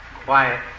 quiet